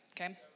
okay